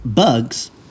Bugs